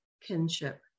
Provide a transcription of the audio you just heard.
kinship